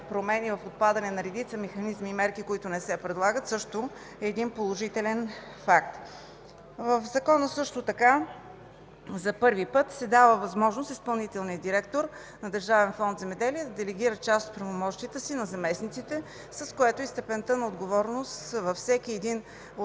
път се дава възможност изпълнителният директор на Държавен фонд „Земеделие” да делегира част от правомощията си на заместниците, с което и степента на отговорност във всеки един от екипите